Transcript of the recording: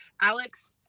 Alex